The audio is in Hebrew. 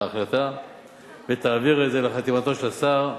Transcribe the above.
ההחלטה ותעביר את זה לחתימתו של השר,